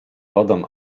wodą